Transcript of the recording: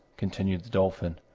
continued the dolphin.